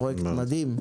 פרויקט מדהים.